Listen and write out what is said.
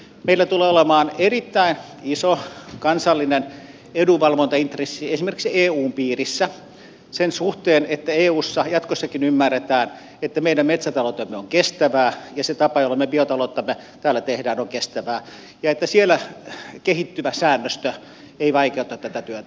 meillä tulee olemaan erittäin iso kansallinen edunvalvontaintressi esimerkiksi eun piirissä sen suhteen että eussa jatkossakin ymmärretään että meidän metsätaloutemme on kestävää ja se tapa jolla me biotalouttamme täällä teemme on kestävää ja että siellä kehittyvä säännöstö ei vaikeuta tätä työtä